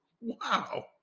Wow